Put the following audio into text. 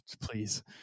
please